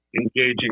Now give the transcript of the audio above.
engaging